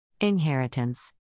Inheritance